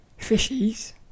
fishies